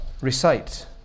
recite